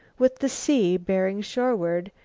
with the sea bearing shoreward,